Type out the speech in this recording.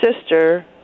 sister